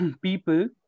people